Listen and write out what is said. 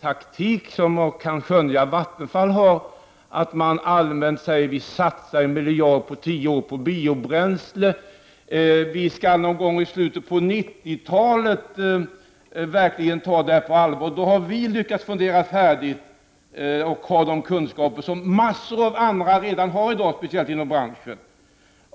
taktik som man skönja att Vattenfall har och som går ut på att allmänt säga att de satsar en miljard under tio år på utvecklingen av biobränsle, att de någon gång i slutet på 90-talet tar det här på allvar. Då har de lyckats tänka färdigt och har de kunskaper som mängder av andra redan har — speciellt inom branschen.